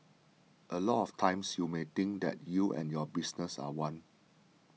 a lot of times you may think that you and your business are one